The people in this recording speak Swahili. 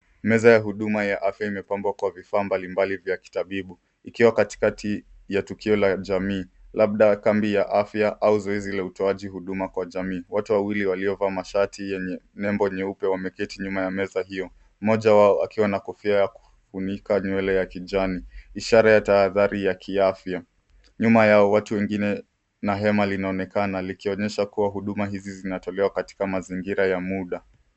Meza ya huduma ya afya imepangwa kwa vifaa mbalimbali vya kitabibu, ikiwa katikati ya tukio la jamii, labda kambi ya afya au zoezi la utoaji huduma kwa jamii. Watu wawili waliovaa mashati yenye nembo nyeupe wameketi nyuma ya meza hiyo, moja wao akiwa na kofia ya kufunika nywele ya kijani, ishara ya tahadhari ya kiafya. Nyuma yao watu wengine na hema linaonekana likionyesha kuwa huduma hizi zinatolewa katika mazingira ya muda.